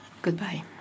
Goodbye